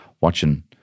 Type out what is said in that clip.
watching